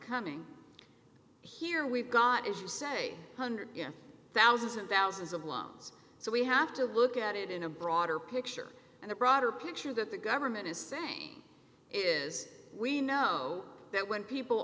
coming here we've got as you say hundred thousands and thousands of lines so we have to look at it in a broader picture and the broader picture that the government is saying is we know that when people